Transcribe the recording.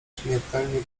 śmiertelnie